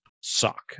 suck